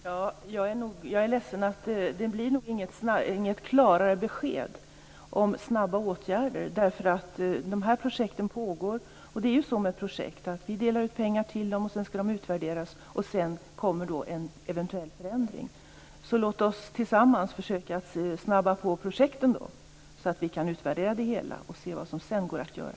Fru talman! Jag är ledsen, men det blir nog inget klarare besked om snabba åtgärder. De här projekten pågår. Det är ju så med projekt att vi delar ut pengar till dem och sedan skall de utvärderas. Därefter kommer en eventuell förändring. Låt oss tillsammans försöka att snabba på projekten, så att vi kan utvärdera dem och se vad som sedan går att göra.